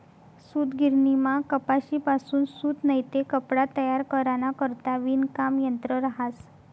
सूतगिरणीमा कपाशीपासून सूत नैते कपडा तयार कराना करता विणकाम यंत्र रहास